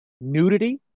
nudity